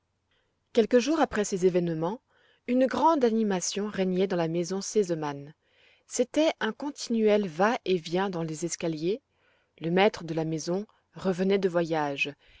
quelques jours après ces événements une grande animation régnait dans la maison sesemann c'était un continuel va-et-vient dans les escaliers le maître de la maison revenait de voyage